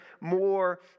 more